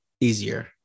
easier